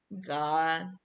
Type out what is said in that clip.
God